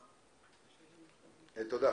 תודה.